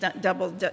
double